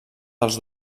dels